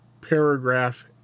Paragraph